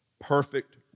perfect